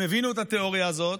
הם הבינו את התיאוריה הזאת,